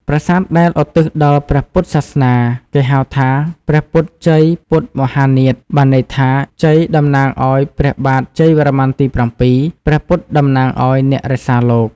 ប្រាសាទដែលឧទ្ទិសដល់ព្រះពុទ្ធសាសនា គេហៅថា ព្រះពុទ្ធជ័យពុទ្ធមហានាថ បានន័យថា ជ័យតំណាងឱ្យព្រះបាទជ័យវរ្ម័នទី៧ ព្រះពុទ្ធតំណាងឱ្យអ្នករក្សាលោក ។